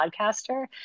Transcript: podcaster